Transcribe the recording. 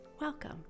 Welcome